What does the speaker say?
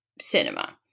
cinema